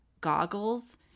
goggles